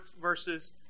versus